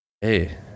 Hey